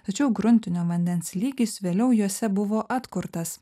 tačiau gruntinio vandens lygis vėliau juose buvo atkurtas